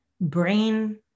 Brain